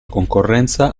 concorrenza